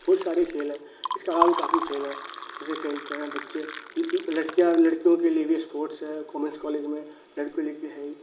بہت سارے کھیل ہیں اِس کے علاوہ بھی کافی کھیل ہیں جسے کھیلتے ہیں بچے لڑکیاں لڑکیوں کے لیے بھی اسپورٹس ہے وومنس کالج میں لڑکیوں لے کے ہے